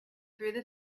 through